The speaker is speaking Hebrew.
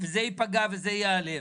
וזה ייפגע וזה ייעלב.